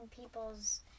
people's